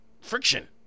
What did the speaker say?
friction